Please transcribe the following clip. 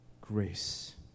grace